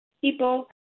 people